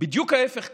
בדיוק ההפך קרה: